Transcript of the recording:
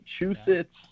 Massachusetts